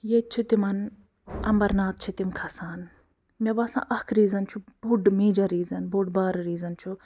ییٚتہِ چھِ تِمَن اَمبَرناتھ چھِ تِم کھسان مےٚ باسان اَکھ ریٖزَن چھُ بوٚڈ میجَر ریٖزَن بوٚڈ بارٕ ریٖزَن چھُ